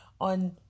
on